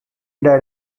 died